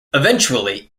eventually